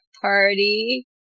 party